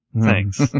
thanks